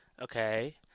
Okay